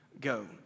go